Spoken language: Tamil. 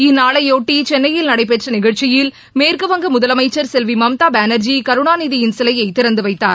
இந்நாளையொட்டி சென்னையில் நடைபெற்ற நிகழ்ச்சியில் மேற்கு வங்க முதலமைச்சர் செல்வி மம்தா பானார்ஜி கருணாநிதியின் சிலையை திறந்து வைத்தார்